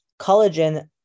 Collagen